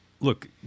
look